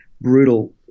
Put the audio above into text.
brutal